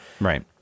right